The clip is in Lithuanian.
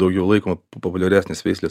daugiau laikoma populiaresnės veislės